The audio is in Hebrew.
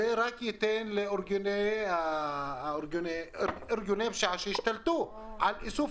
זה רק ייתן לארגוני פשיעה שהשתלטו על איסוף